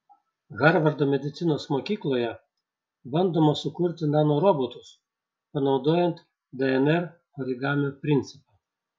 harvardo medicinos mokykloje bandoma sukurti nanorobotus panaudojant dnr origamio principą